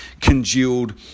congealed